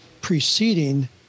preceding